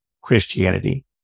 Christianity